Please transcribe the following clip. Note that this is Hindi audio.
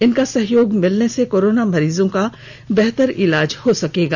इनका सहयोग मिलने से कोरोना मरीजों का बेहतर इलाज हो सकेगा